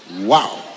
Wow